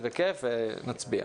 ונצביע.